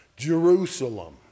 Jerusalem